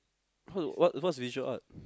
what what what's visual art